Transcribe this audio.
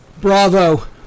Bravo